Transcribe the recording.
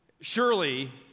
surely